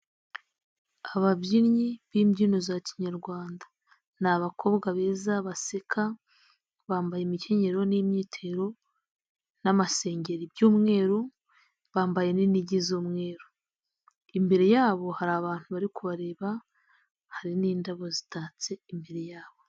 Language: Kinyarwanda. Ababyinnyi b'imbyino za kinyarwanda ni abakobwa beza baseka, bambaye imikenyerero n'imyitero n'amasengeri by'umweru, bambaye n'inigi z'umweru, imbere yabo hari abantu bari kubareba hari n'indabo zitatse imbere yabo.